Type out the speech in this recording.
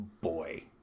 Boy